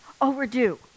overdue